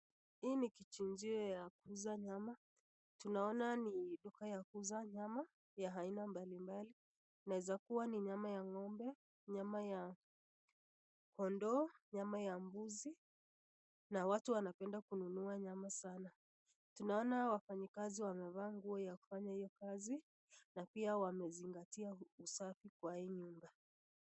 Hii ni kichinjio ya kuuza nyama ,tunaona ni duka ya kuuza nyama ya aina mbalimbali, inaweza kuwa ni nyama ya ng'ombe, nyama ya kondoo, nyama ya mbuzi na watu wanapenda kununua nyama sana. Tunaona wafanyikazi wameva hiyo nguo ya kufanya kazi na pia wamezingatia usafi kwa hii nyumba.